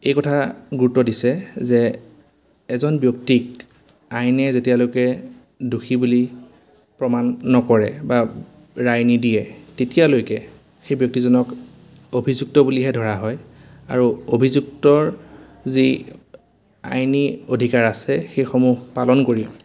এই কথা গুৰুত্ব দিছে যে এজন ব্যক্তিক আইনে যেতিয়ালৈকে দোষী বুলি প্ৰমাণ নকৰে বা ৰায় নিদিয়ে তেতিয়ালৈকে সেই ব্যক্তিজনক অভিযুক্ত বুলিহে ধৰা হয় আৰু অভিযুক্তৰ যি আইনী অধিকাৰ আছে সেইসমূহ পালন কৰি